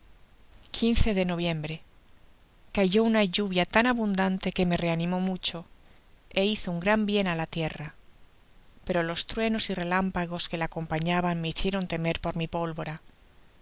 quince de noviembre cayó una lluvia tan abundante que me reanimó mucho é hizo un gran bien á la tierra pero los truenos y relámpagos que la acompañaban me hicieron temer por mi pólvora